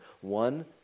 one